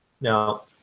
Now